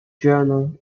journal